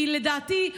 לדעתי,